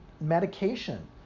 medication